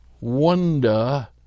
wonder